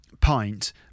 pint